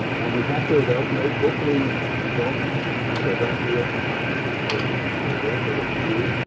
and you have to evacuate, hopefully you don't have to evacuate your house, and so you can just stay there. but if you do,